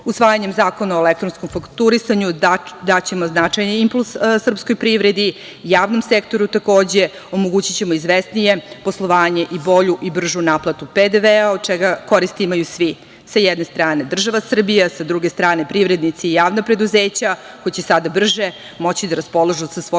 potomstvu. Usvajanjem zakona o elektronskom fakturisanju, daćemo značajne impuls srpskoj privredi, javnom sektoru takođe, omogućićemo izvesnije poslovanje i bolju i bržu naplatu PDV-a od čega korist imaju svi sa jedne strane država Srbija, sa druge strane privrednici i javna preduzeća, koja će sada brže moći da raspolažu sa svojim